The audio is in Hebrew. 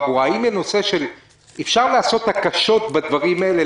ברורה: אפשר לעשות הקשות בדברים האלה,